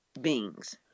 beings